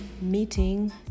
meeting